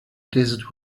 desert